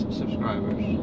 subscribers